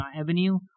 avenue